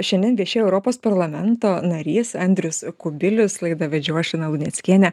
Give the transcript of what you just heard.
šiandien viešėjo europos parlamento narys andrius kubilius laidą vedžiau aš lina luneckienė